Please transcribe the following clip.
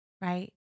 right